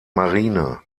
marine